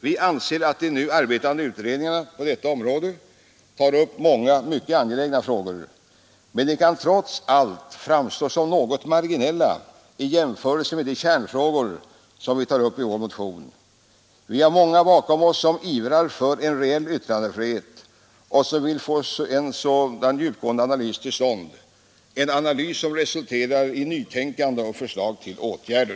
Vi anser att de nu arbetande utredningarna på detta område tar upp många mycket angelägna frågor, men de kan trots allt framstå som något marginella i jämförelse med de kärnfrågor som vi tar upp i vår motion. Vi har många bakom oss som ivrar för reell yttrandefrihet och som vill få en sådan djupgående analys till stånd — en analys som resulterar i nytänkande och förslag till åtgärder.